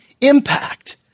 impact